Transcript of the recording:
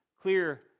clear